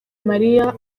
mariya